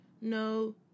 No